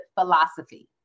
philosophy